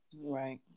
Right